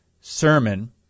sermon